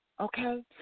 okay